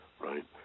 right